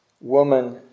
woman